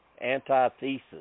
Antithesis